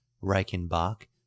Reichenbach